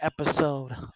episode